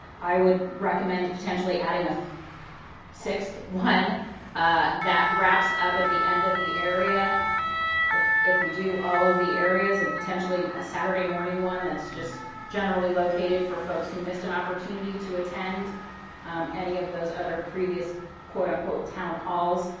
i would recommend potentially adding a sixth one that wraps up at the end of the area if if we do all of the areas, and potentially a saturday morning one that's generally located for folks who missed an opportunity to attend any of those other previous quote unquote town halls.